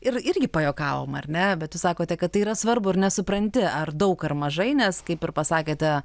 ir irgi pajuokavom ar ne bet jūs sakote kad tai yra svarbu ir nesupranti ar daug ar mažai nes kaip ir pasakėte